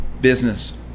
business